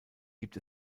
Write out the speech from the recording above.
gibt